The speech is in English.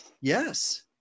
Yes